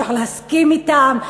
אפשר להסכים אתם,